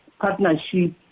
partnership